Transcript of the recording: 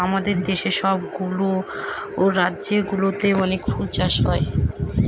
আমাদের দেশের সব গুলা রাজ্য গুলোতে অনেক ফুল চাষ হয়